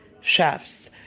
chefs